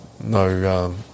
no